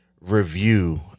review